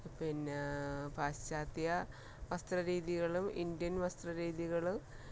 പിന്നെ പാശ്ചാത്യ വസ്ത്രരീതികളും ഇന്ത്യൻ വസ്ത്രരീതികൾ